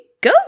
go